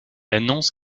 annonce